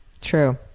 True